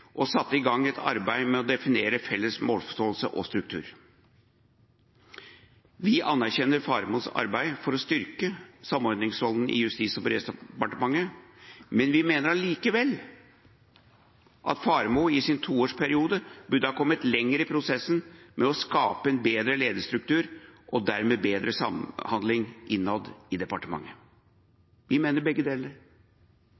og satte i gang et arbeid med å definere felles målforståelse og struktur. Vi anerkjenner Faremos arbeid for å styrke samordningsrollen i Justis- og beredskapsdepartementet, men vi mener allikevel at Faremo i sin toårsperiode burde ha kommet lenger i prosessen med å skape en bedre ledelseskultur og dermed bedre samhandling innad i departementet. Vi mener begge deler.